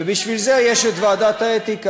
ומי יחליט, ובשביל זה יש את ועדת האתיקה.